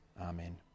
amen